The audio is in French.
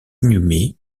inhumé